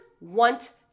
want